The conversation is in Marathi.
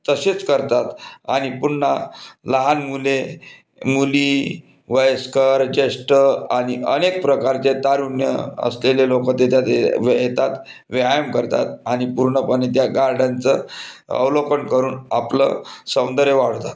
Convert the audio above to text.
तसेच करतात आणि पुन्हा लहान मुले मुली वयस्क ज्येष्ठ आणि अनेक प्रकारचे तारुण्य असलेले लोक तिथं ते व येतात व्यायाम करतात आणि पूर्णपणे त्या गार्डनचं अवलोकन करून आपलं सौंदर्य वाढवतात